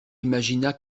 imagina